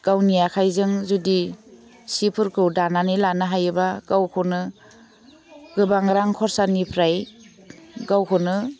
गावनि आखाइजों जुदि सिफोरखौ दानानै लानो हायोबा गावखौनो गोबां रां खरसानिफ्राय गावखौनो